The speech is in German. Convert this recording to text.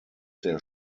der